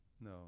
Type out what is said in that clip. No